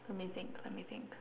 let me think let me think